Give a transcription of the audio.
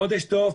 חודש טוב.